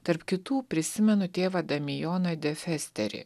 tarp kitų prisimenu tėvą damijoną defesterį